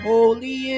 Holy